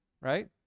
right